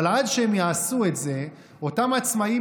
אבל עד שהם יעשו את זה אותם עצמאים